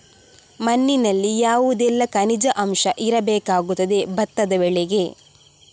ಮಣ್ಣಿನಲ್ಲಿ ಯಾವುದೆಲ್ಲ ಖನಿಜ ಅಂಶ ಇರಬೇಕಾಗುತ್ತದೆ ಭತ್ತದ ಬೆಳೆಗೆ?